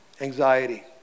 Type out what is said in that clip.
anxiety